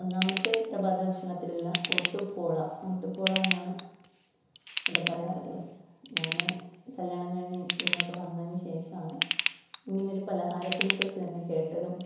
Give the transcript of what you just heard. ഒന്നാമത്തെ പ്രഭാത ഭക്ഷണത്തിലുള്ള ഓട്ടുപോള ഓട്ടുപോള എന്നാണ് ഇവിടെ പറയാറുള്ളത് ഞാൻ കല്യാണം കഴിഞ്ഞ് ഇങ്ങോട്ട് വന്നതിന് ശേഷമാണ് ഇങ്ങനെ ഒരു പാലഹാരത്തിനെ കുറിച്ച് തന്നെ കേട്ടതും